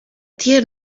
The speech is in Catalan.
tia